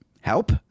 help